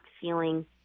feeling